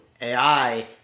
ai